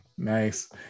Nice